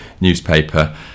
newspaper